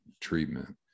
treatment